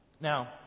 Now